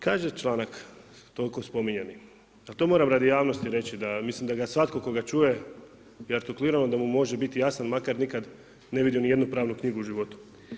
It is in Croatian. Kaže članak toliko spominjani, ali to moram radi javnosti reći da, mislim da svatko tko ga čuje i artikulirano da mu može biti jasan makar nikad ne vidio ni jednu pravnu knjigu u životu.